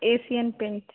asian paint